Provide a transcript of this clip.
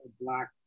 black